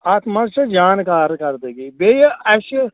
اتھ منٛز چھَس جان کارکردٕگی بیٚیہِ اَسہِ